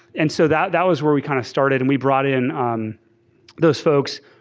and so that that was where we kind of started and we brought in um those folks.